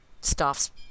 staff's